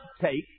take